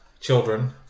children